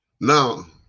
Now